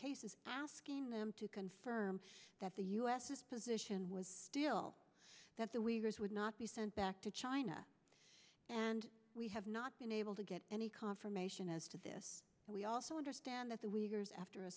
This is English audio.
cases asking them to confirm that the u s position was still that the weavers would not be sent back to china and we have not been able to get any confirmation as to this we also understand that the weavers after